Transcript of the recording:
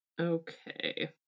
Okay